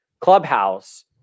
Clubhouse